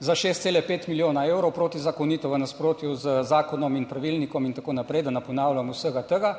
za 6,5 milijona evrov protizakonito, v nasprotju z zakonom in pravilnikom in tako naprej, da ne ponavljam vsega tega